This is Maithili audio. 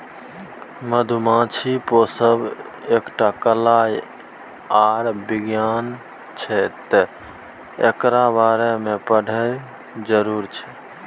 मधुमाछी पोसब एकटा कला आर बिज्ञान छै तैं एकरा बारे मे पढ़ब जरुरी छै